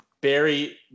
Barry